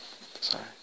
sorry